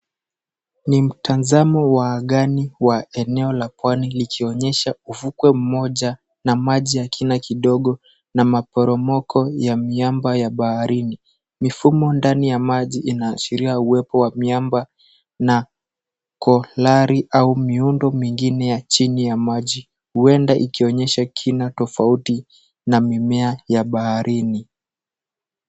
Ni mtazamo wa angani wa eneo la pwani likionyesha ufukwe mmoja na maji ya kina kidogo na maporomoko ya miamba ya baharini. Mifumo ndani ya maji inaashiria uwepo wa miamba na kolari au miundo mingine ya chini ya maji, huenda ikionyesha kina tofauti na mimea ya baharini.